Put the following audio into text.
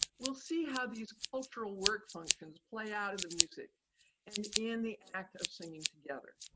we'll see how these cultural work functions play out in the music and in the act of singing together.